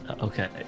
Okay